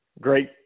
great